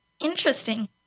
interesting